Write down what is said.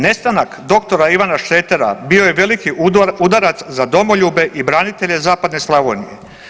Nestanak dr. Ivana Šretera bio je veliki udarac za domoljube i branitelje Zapadne Slavonije.